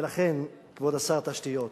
ולכן, כבוד שר התשתיות,